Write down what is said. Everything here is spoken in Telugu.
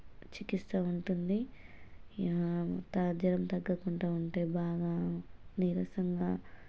చికిత్స ఉంటుంది యా త జ్వరం తగ్గకుండా ఉంటే బాగా నీరసంగా